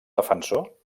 defensor